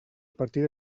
partida